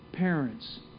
parents